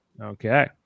okay